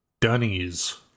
Dunnies